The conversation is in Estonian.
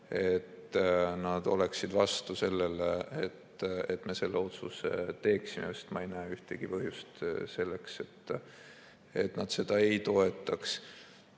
et nad oleksid vastu sellele, et me selle otsuse teeme. Ma ei näe ühtegi põhjust selleks, et nad seda ei toetaks. Noh,